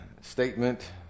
statement